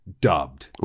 dubbed